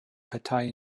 petai